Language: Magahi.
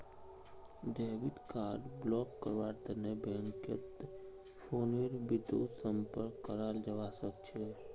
डेबिट कार्ड ब्लॉक करव्वार तने बैंकत फोनेर बितु संपर्क कराल जाबा सखछे